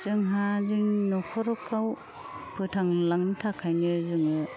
जोंहा जोंनि न'खरखौ फोथांलांनो थाखायनो जोङो